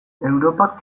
europak